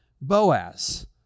Boaz